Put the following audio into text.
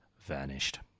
vanished